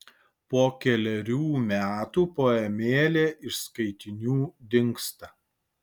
po kelerių metų poemėlė iš skaitinių dingsta